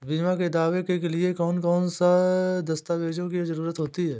बीमा के दावे के लिए कौन कौन सी दस्तावेजों की जरूरत होती है?